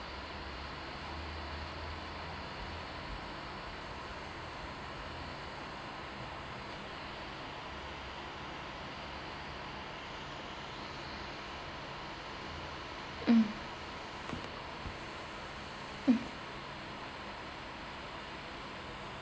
mm mm